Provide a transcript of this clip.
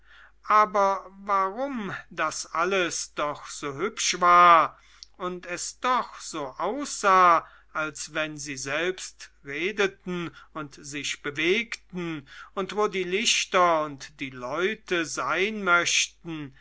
aber warum das alles doch so hübsch war und es doch so aussah als wenn sie selbst redeten und sich bewegten und wo die lichter und die leute sein möchten